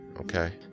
okay